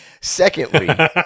Secondly